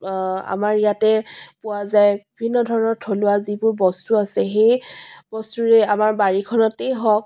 আমাৰ ইয়াতে পোৱা যায় বিভিন্ন ধৰণৰ থলুৱা যিবোৰ বস্তু আছে সেই বস্তুৰেই আমাৰ বাৰীখনতেই হওক